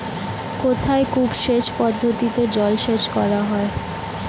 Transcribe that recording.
কোথায় কূপ সেচ পদ্ধতিতে জলসেচ করা হয়?